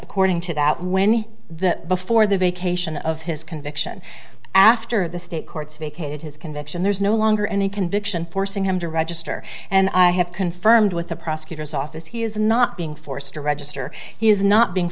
according to that when that before the vacation of his conviction after the state courts vacated his conviction there's no longer any conviction forcing him to register and i have confirmed with the prosecutor's office he is not being forced to register he is not being